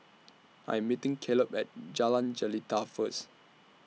I Am meeting Kaleb At Jalan Jelita First